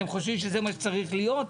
אתם חושבים שכך צריך להיות?